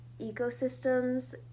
ecosystems